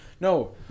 No